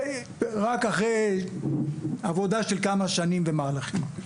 רק אחרי עבודה של כמה שנים ומהלכים.